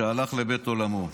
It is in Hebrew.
שהלך לבית עולמו.